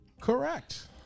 Correct